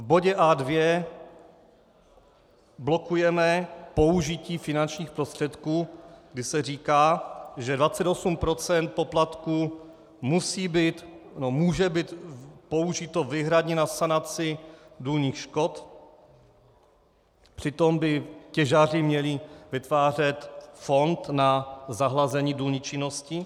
V bodě A2 blokujeme použití finančních prostředků, kdy se říká, že 28 % poplatků může být použito výhradně na sanaci důlních škod, přitom by těžaři měli vytvářet fond na zahlazení důlní činnosti.